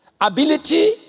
Ability